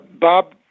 Bob